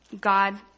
god